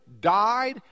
died